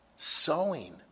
sowing